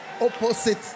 opposite